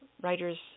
writer's